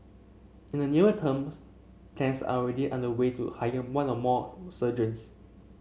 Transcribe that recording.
in the near terms plans are already underway to hire one or more surgeons